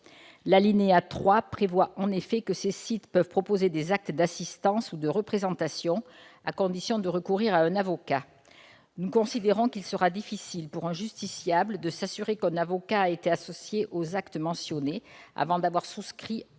L'alinéa 3 prévoit que ces sites peuvent proposer des actes d'assistance ou de représentation, à la condition de recourir à un avocat. Nous considérons qu'il sera difficile pour un justiciable de s'assurer qu'un avocat est associé aux actes mentionnés avant de souscrire un contrat